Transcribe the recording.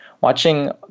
Watching